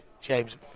James